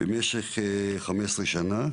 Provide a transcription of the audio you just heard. במשך 15 שנה.